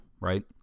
Right